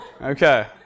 Okay